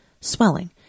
swelling